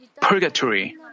purgatory